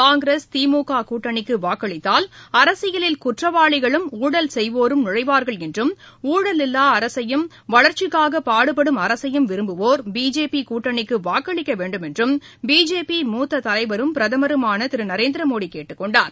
காங்கிரஸ் திமுககூட்டணிக்குவாக்களித்தால் அரசியலில் குற்றவாளிகளும் ஊழல் செய்வோரும் நுழைவார்கள் என்றும் ஊழலில்லாஅரசையும் வளர்ச்சிக்காகபாடுபடும் அரசையும் விரும்புவோர் பிஜேபிகூட்டணிக்குவாக்களிக்கவேண்டும் என்றம் பிஜேபியின் மூத்ததலைவரும் பிரதமருமானதிருநரேந்திரமோடிகேட்டுக் கொண்டார்